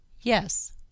Yes